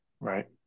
Right